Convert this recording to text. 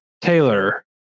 taylor